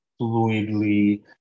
fluidly